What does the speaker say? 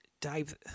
Dave